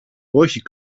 όχι